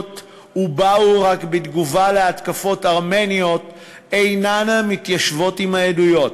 ובאו רק בתגובה להתקפות ארמניות אינו מתיישב עם העדויות,